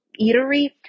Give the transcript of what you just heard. eatery